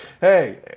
hey